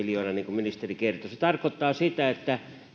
ministeri kertoi se tarkoittaa sitä että